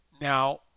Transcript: Now